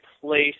place